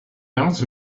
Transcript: out